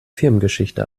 firmengeschichte